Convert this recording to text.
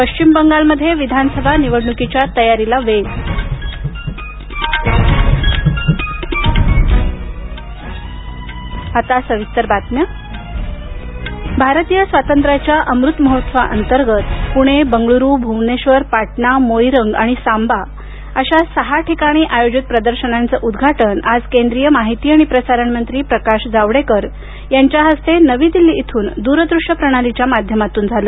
पश्चिम बंगालमध्ये विधानसभा निवडणुकीच्या तयारीला वेग जावडेकर स्वातंत्र्याच्या अमृत महोत्सवा अंतर्गत पुणे बंगळूरू भुवनेश्वर पाटणा मोईरंग आणि सांबा अशा सहा ठिकाणी आयोजित प्रदर्शनांचं उद्घाटन आज केंद्रीय माहिती आणि प्रसारण मंत्री प्रकाश जावडेकर यांच्या हस्ते नवी दिल्ली इथून दूरदृश्य प्रणालीच्या माध्यमातून झालं